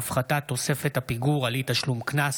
(הפחתת תוספת הפיגור על אי-תשלום קנס),